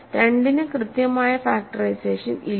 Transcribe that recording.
2 ന് കൃത്യമായ ഫാക്ടറൈസേഷൻ ഇല്ല